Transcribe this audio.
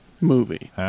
movie